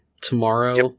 tomorrow